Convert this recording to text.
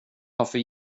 varför